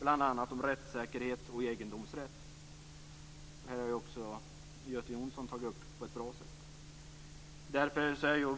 bl.a. om rättssäkerhet och egendomsrätt. Den frågan har också Göte Jonsson tagit upp på ett bra sätt.